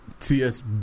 TSB